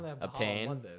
obtain